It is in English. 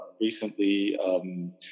recently